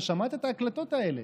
אתה שמעת את ההקלטות האלה.